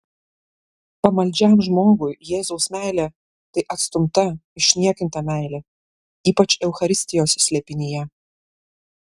pamaldžiam žmogui jėzaus meilė tai atstumta išniekinta meilė ypač eucharistijos slėpinyje